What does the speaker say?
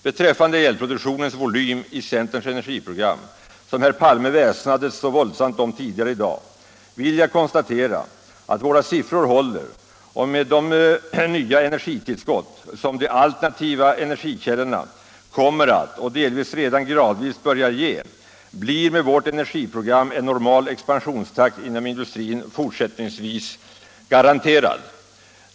Beträffande elproduktionens volym i centerns energiprogram, som hérr Palme väsnades så våldsamt om tidigare i dag, vill jag konstatera att våra siffror håller och med de nya energitillskott som de alternativa energikällorna kommer att och delvis redan gradvis börjar ge blir med vårt energiprogram en normal expansionstakt inom industrin fortsättningsvis garanterad.